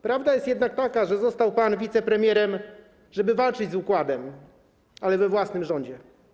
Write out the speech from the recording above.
Prawda jest jednak taka, że został pan wicepremierem, żeby walczyć z układem, ale we własnym rządzie.